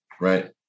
right